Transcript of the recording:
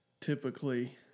Typically